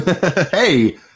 Hey